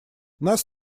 нас